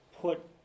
put